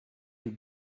your